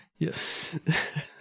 Yes